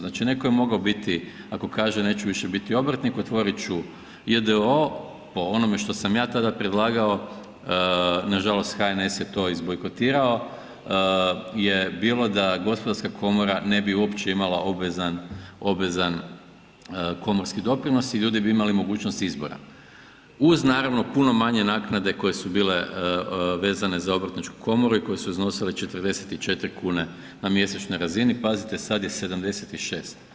Znači netko je mogao biti, ako kaže neću više biti obrtnik, otvorit ću j.d.o.o. po onome što sam ja tada predlagao, nažalost HNS je to izbojkotirao je bilo da gospodarska komora ne bi uopće imala obvezan komorski doprinos i ljudi bi imali mogućnost izbora uz naravno puno manje naknade koje su bile vezane za obrtničku komoru i koje su iznosile 44 kune na mjesečnoj razini, pazite, sad je 76.